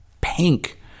pink